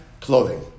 clothing